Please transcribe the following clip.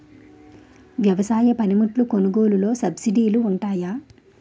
వ్యవసాయ పనిముట్లు కొనుగోలు లొ సబ్సిడీ లు వుంటాయా?